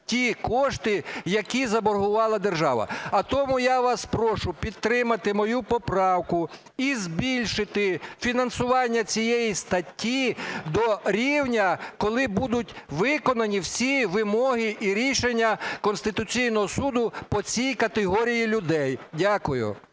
ті кошти, які заборгувала держава. А тому я вас прошу підтримати мою поправку і збільшити фінансування цієї статті до рівня, коли будуть виконані всі вимоги і рішення Конституційного Суду по цій категорії людей. Дякую.